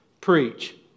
preach